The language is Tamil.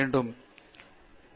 பேராசிரியர் பிரதாப் ஹரிதாஸ் சரி